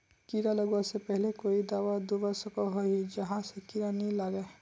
कीड़ा लगवा से पहले कोई दाबा दुबा सकोहो ही जहा से कीड़ा नी लागे?